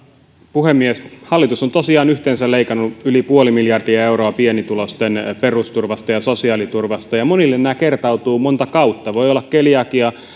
puhemies hallitus on tosiaan leikannut yhteensä yli puoli miljardia euroa pienituloisten perusturvasta ja sosiaaliturvasta ja monille nämä kertautuvat monta kautta voi olla keliakia ja